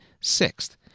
sixth